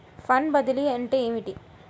Fund బదిలీ అంటే ఏమిటి?